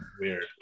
Weird